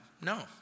No